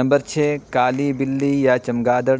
number چھ کالی بلی یا چمگادڑ